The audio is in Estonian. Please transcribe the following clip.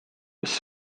kes